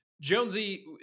Jonesy